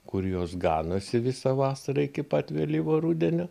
kur jos ganosi visą vasarą iki pat vėlyvo rudenio